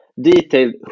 detailed